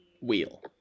wheel